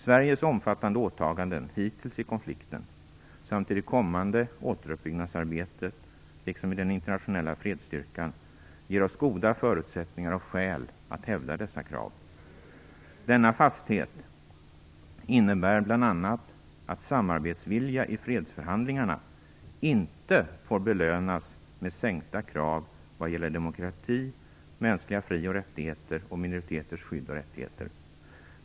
Sveriges omfattande åtaganden hittills i konflikten samt i det kommande återuppbyggnadsarbetet liksom i den internationella fredsstyrkan ger oss goda förutsättningar och skäl att hävda dessa krav. Denna fasthet innebär bl.a. att samarbetsvilja i fredsförhandlingarna inte får belönas med sänkta krav vad gäller demokrati, mänskliga fri och rättigheter och minoriteters skydd och rättigheter.